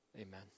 Amen